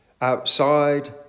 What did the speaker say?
outside